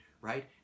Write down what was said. right